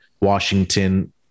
Washington